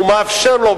הוא מאפשר לו,